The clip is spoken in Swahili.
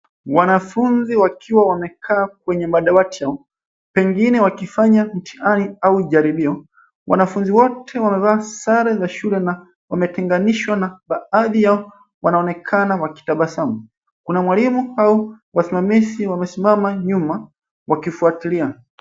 Wanafunzi wakiwa wamekaa kwenye madawati yao, pengine wakifanya mtihani au jaribio. Wanafunzi wote wamevaa sare za shule na wametenganishwa na baadhi yao wanaonekana wakitabasamu. Kuna mwalimu au wasimamizi wamesimama nyuma wakifuatilia.